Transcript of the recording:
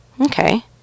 Okay